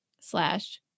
slash